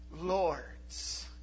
lords